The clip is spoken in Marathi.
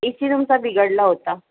ए सी रुमचा बिघडला होता